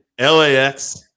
LAX